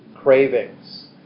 cravings